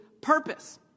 purpose